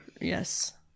yes